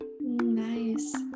Nice